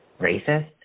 racist